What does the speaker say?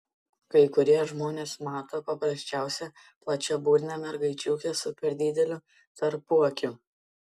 kai kurie žmonės mato paprasčiausią plačiaburnę mergaičiukę su per dideliu tarpuakiu